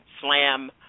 Slam